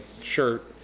shirt